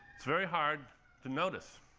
it's very hard to notice.